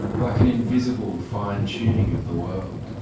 like an invisible fine-tuning of the world?